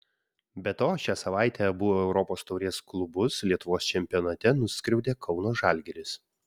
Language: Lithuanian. be to šią savaitę abu europos taurės klubus lietuvos čempionate nuskriaudė kauno žalgiris